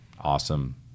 awesome